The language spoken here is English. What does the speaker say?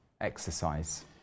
exercise